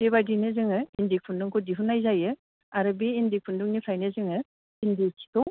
बेबादिनो जोङो इन्दि खुन्दुंखौ दिहुन्नाय जायो आरो बे इन्दि खुन्दुंनिफ्रायनो जोङो इन्दि सिखौ